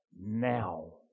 now